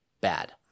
bad